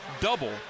double